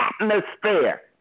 atmosphere